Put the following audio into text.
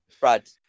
Brad